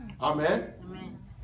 Amen